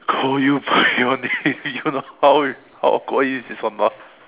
call you by your name you know how how awkward is it or not